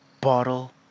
Bottle